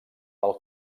pel